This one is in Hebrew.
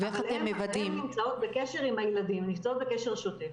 הן נמצאות בקשר עם הילדים, הן נמצאות בקשר שוטף.